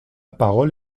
parole